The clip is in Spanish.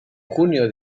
junio